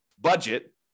budget